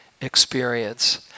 experience